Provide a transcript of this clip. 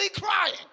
crying